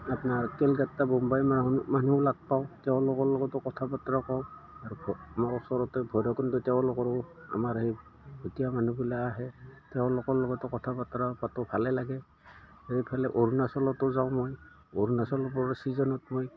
আপোনাৰ কেলকাট্টা বম্বাই মানুহ লাগ পাওঁ তেওঁলোকৰ লগতো কথা বতৰা কওঁ আৰু আমাৰ ওচৰতে ভৈৰৱকুণ্ড তেওঁলোকৰো আমাৰ এই এতিয়া মানুহবিলাক আহে তেওঁলোকৰ লগতো কথা বতৰা পাতোঁ ভালেই লাগে সেইফালে অৰুণাচলতো যাওঁ মই অৰুণাচলৰপৰা ছিজনত মই